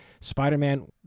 Spider-Man